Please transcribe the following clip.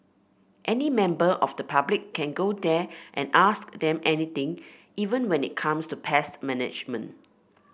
any member of the public can go there and ask them anything even when it comes to pest management